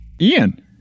Ian